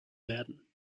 werden